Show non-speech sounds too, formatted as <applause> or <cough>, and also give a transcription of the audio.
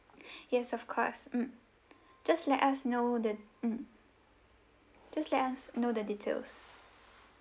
<breath> yes of course mm just let us know the mm just let us know the details